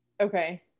okay